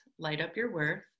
lightupyourworth